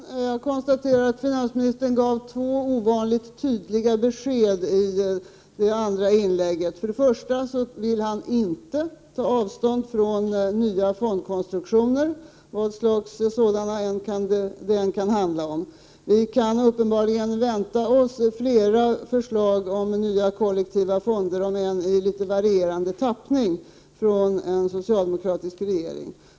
Herr talman! Jag konstaterar att finansministern gav två ovanligt tydliga besked i sitt andra inlägg. Först och främst vill han inte ta avstånd från nya fondkonstruktioner, vilka sådana det än kan handla om. Vi kan uppenbarligen vänta oss flera förslag om nya kollektiva fonder, om än i litet varierande tappning, från en socialdemokratisk regering.